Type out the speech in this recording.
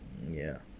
ya